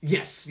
Yes